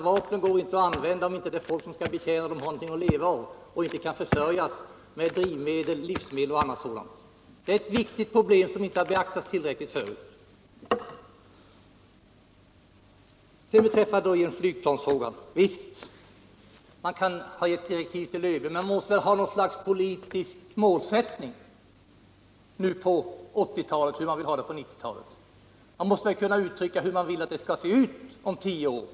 Vapnen går inte att använda om inte det folk som skall betjäna dem har någonting att leva av och inte kan försörjas med drivmedel, livsmedel och annat sådant. Det är ett viktigt problem som inte har beaktats tillräckligt förut. Så återigen flygplansfrågan! Visst — man kan ha givit direktiv till ÖB. Men man måste nu på 1980-talet ha något slags politisk målsättning för hur man vill ha det på 1990-talet. Man måste väl kunna uttrycka hur man vill att det skall se ut om tio år.